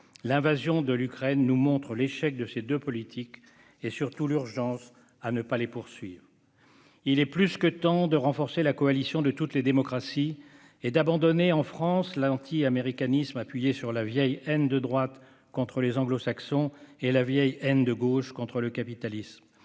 L'invasion de l'Ukraine nous montre l'échec de ces deux politiques et, surtout, l'urgence à ne pas les poursuivre. Il est plus que temps de renforcer la coalition de toutes les démocraties et d'abandonner, en France, l'antiaméricanisme appuyé sur la vieille haine de droite dirigée contre les Anglo-Saxons et la vieille haine de gauche contre le capitalisme,